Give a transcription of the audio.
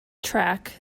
track